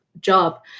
job